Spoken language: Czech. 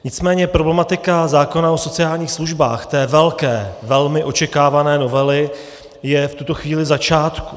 Nicméně problematika zákona o sociálních službách, té velké, velmi očekávané novely, je v tuto chvíli v začátku.